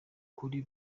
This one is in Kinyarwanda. kuri